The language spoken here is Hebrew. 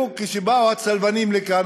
כשבאו הצלבנים לכאן,